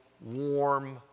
warm